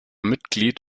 mitglied